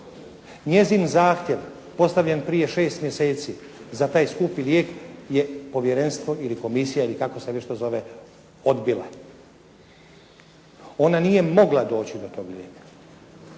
Njezin zahtjev postavljen prije šeste mjeseci za taj skupi lijek je povjerenstvo, komisija ili kako se to već zove odbila. Ona nije mogla doći do tog lijeka